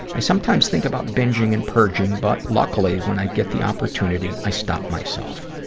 i sometimes thing about binging and purging, but luckily when i get the opportunity, i stop myself.